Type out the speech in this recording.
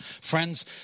Friends